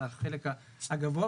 על החלק הגבוה.